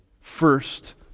First